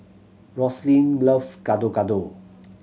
Rosalyn loves Gado Gado